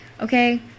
okay